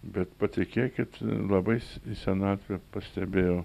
bet patikėkit labai į senatvę pastebėjau